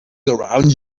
around